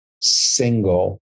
single